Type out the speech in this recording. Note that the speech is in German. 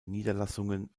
niederlassungen